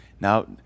Now